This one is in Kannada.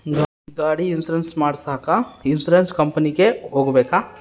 ಗಾಡಿ ಇನ್ಸುರೆನ್ಸ್ ಮಾಡಸಾಕ ಇನ್ಸುರೆನ್ಸ್ ಕಂಪನಿಗೆ ಹೋಗಬೇಕಾ?